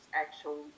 actual